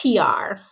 PR